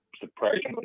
surprisingly